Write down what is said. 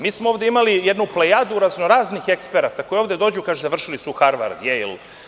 Mi smo ovde imali plejadu raznoraznih eksperata koji ovde dođu, kažu završili su Harvard, Jejl.